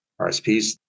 RSPs